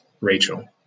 Rachel